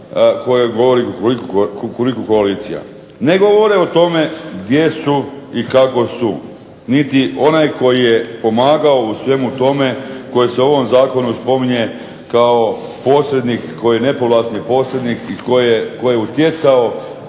kojoj govori kukuriku koalicija. Ne govore o tome gdje su i kako su, niti onaj koji je pomagao u svemu tome koji se u ovom zakonu spominje kao posrednik i tko je stjecao i koji je vjerojatno